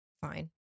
Fine